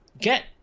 get